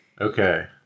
Okay